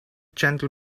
gentle